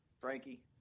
Frankie